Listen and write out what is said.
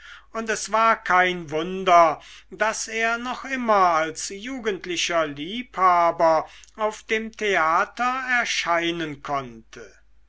und es war kein wunder daß er noch immer als jugendlicher liebhaber auf dem theater erscheinen konnte